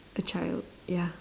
a child ya